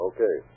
Okay